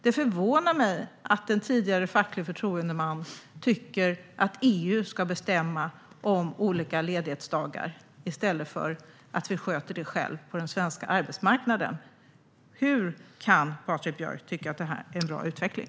Det förvånar mig att en tidigare facklig förtroendeman tycker att EU ska bestämma om olika ledighetsdagar i stället för att vi sköter det själva på den svenska arbetsmarknaden. Hur kan Patrik Björck tycka att detta är en bra utveckling?